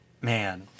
man